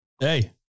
Hey